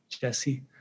Jesse